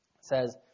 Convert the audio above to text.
says